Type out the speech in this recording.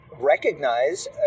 recognize